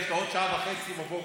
יש לו עוד שעה וחצי בבוקר.